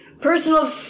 personal